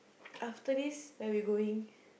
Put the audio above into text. after this where we going